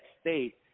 state